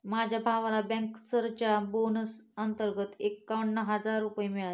माझ्या भावाला बँकर्सच्या बोनस अंतर्गत एकावन्न हजार रुपये मिळाले